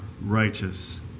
righteous